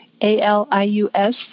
A-L-I-U-S